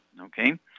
okay